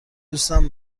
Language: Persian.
دوستم